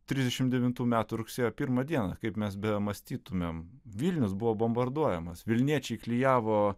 trisdešimt devintų metų rugsėjo pirmą dieną kaip mes be mąstytumėm vilnius buvo bombarduojamas vilniečiai klijavo